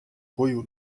koju